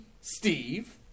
Steve